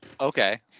Okay